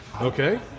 okay